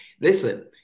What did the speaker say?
Listen